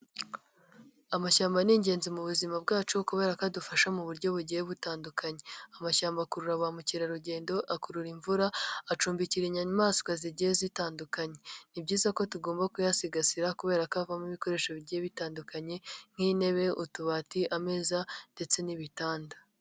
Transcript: Amashyamba ni ingenzi mu buzima bwacu kubera ko adufasha mu buryo bugiye butandukanye, amashyamba akurura ba mukerarugendo, akurura imvura, acumbikira inyamaswa zigiye zitandukanye. Ni byiza ko tugomba kuyasigasira kubera ko havamo ibikoresho bigiye bitandukanye nk'intebe, utubati, ameza ndetse n'ibitanda.